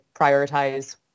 prioritize